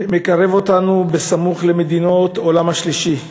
מקרב אותנו למדינות העולם השלישי,